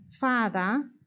father